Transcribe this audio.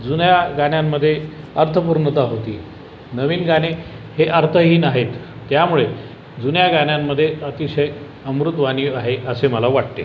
जुन्या गाण्यांमध्ये अर्थपूर्णता होती नवीन गाणे हे अर्थहीन आहेत त्यामुळे जुन्या गाण्यांमध्ये अतिशय अमृतवाणी आहे असे मला वाटते